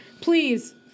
please